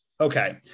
Okay